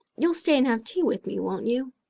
you'll stay and have tea with me, won't you?